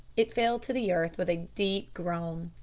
it fell to the earth with a deep groan.